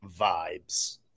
vibes